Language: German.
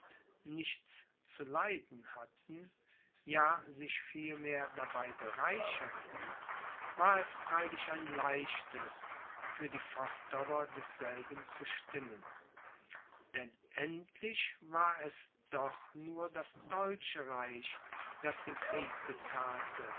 nichts zu leiden hatten ja sich vielmehr dabei bereicherten war es freilich ein leichtes für die fortdauer desselben zu stimmen denn endlich war es doch nur das deutsche reich das den krieg bezahlte